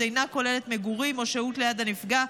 אינה כוללת מגורים או שהות ליד הנפגע,